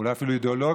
אולי אפילו אידיאולוגיה